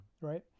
right